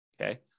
okay